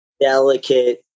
delicate